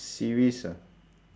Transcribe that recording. series ah